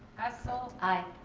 essel. aye.